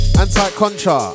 anti-Contra